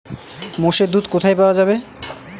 মোষের দুধ কোথায় পাওয়া যাবে?